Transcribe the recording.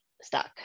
stuck